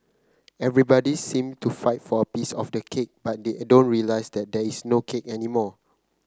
everybody seem to fight for a piece of the cake but they don't realise that there is no cake anymore